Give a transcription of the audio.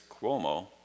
Cuomo